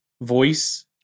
voice